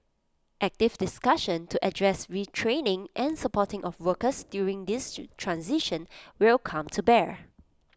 active discussion to address retraining and supporting of workers during this transition will come to bear